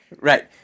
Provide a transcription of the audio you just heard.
Right